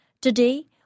today